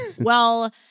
Well-